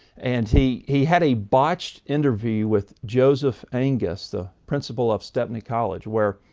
and he he had a botched interview with joseph angus the principal of stepney college, where